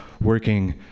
working